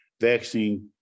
vaccine